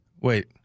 wait